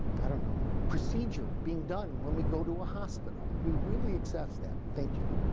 i don't know procedure being done when we go to a hospital we really accept that. thank you.